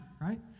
right